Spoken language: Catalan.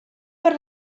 per